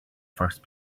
first